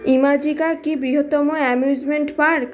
ইমাজিকা কি বৃহত্তম amusement park